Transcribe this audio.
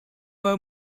were